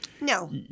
No